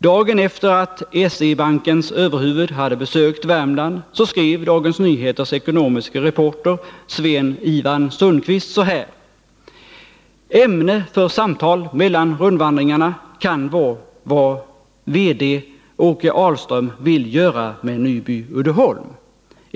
Dagen efter det att SE-Bankens överhuvud hade besökt Värmland skrev Dagens Nyheters ekonomiske reporter Sven-Ivan Sundqvist så här: ” Ämne för samtal mellan rundvandringarna kan vara ”---” vad VD Åke Ahlström vill göra med Nyby-Uddeholm.